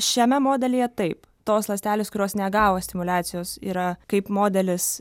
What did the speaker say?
šiame modelyje taip tos ląstelės kurios negavo stimuliacijos yra kaip modelis